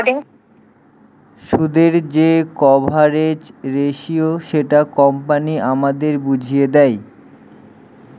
সুদের যে coverage ratio সেটা কোম্পানি আমাদের বুঝিয়ে দেয়